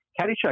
Caddyshack